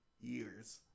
years